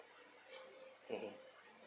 mmhmm